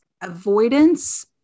avoidance